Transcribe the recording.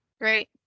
Great